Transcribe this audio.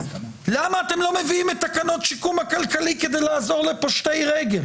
למה אתם לא מביאים את תקנות שיקום הכלכלי כדי לעזור לפושטי רגל